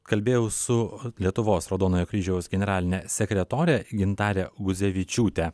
kalbėjau su lietuvos raudonojo kryžiaus generaline sekretore gintare guzevičiūte